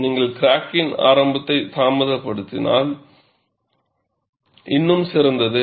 நீங்கள் கிராக்கின் ஆரம்பத்தை தாமதப்படுத்தினால் இன்னும் சிறந்தது